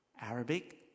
arabic